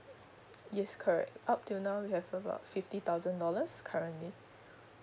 yes correct up till now we have about fifty thousand dollars currently